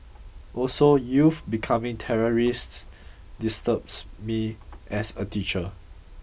also youth becoming terrorists disturbs me as a teacher